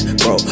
bro